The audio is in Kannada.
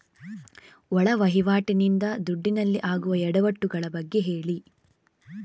ಒಳ ವಹಿವಾಟಿ ನಿಂದ ದುಡ್ಡಿನಲ್ಲಿ ಆಗುವ ಎಡವಟ್ಟು ಗಳ ಬಗ್ಗೆ ಹೇಳಿ